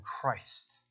Christ